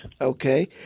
Okay